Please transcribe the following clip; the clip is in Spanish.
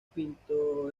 pinto